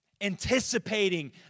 anticipating